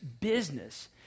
business